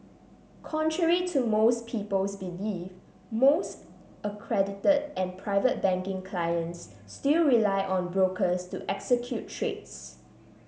contrary to most people's belief most accredited and Private Banking clients still rely on brokers to execute trades